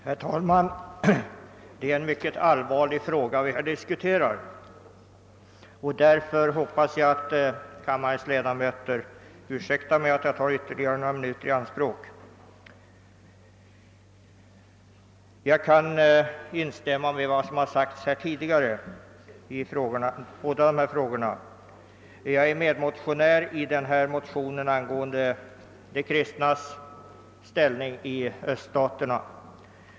Herr talman! Det är en mycket allvarlig fråga vi nu diskuterar, och jag hoppas därför att kammarens ledamöter ursäktar att jag tar ytterligare några minuter av deras tid i anspråk. Jag kan instämma i vad som tidigare sagts i båda de aktuella frågorna. Jag tillhör motionärerna i frågan om de kristnas ställning i öststaterna.